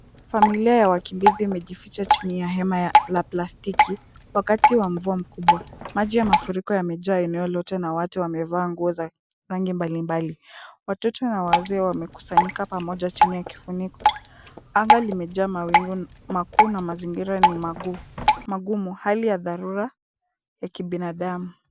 Familia ya wakimbizi imejificha chini ya hema la plastiki, wakati wa mvua mkubwa. Maji ya mafuriko yamejaa eneo lote na watu wamevaa nguo za rangi mbali mbali. Watoto na wazee wamekusanyika pamoja chini ya kifuniko. Anga limejaa mawingu makuu na mazingira ni magumu. Hali ya dharura ya kibinadamu.